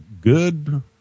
good